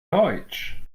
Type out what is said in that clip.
deutsch